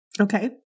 Okay